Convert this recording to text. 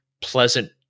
pleasant